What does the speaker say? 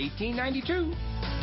1892